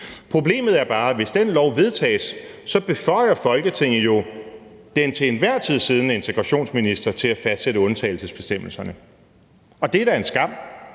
Problemet er bare, at hvis den lov vedtages, beføjer Folketinget jo den til enhver tid siddende udlændinge- og integrationsminister til at fastsætte undtagelsesbestemmelserne, og det er da en skam,